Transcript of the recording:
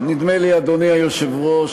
נדמה לי, אדוני היושב-ראש,